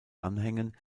anhängen